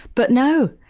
but no,